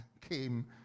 came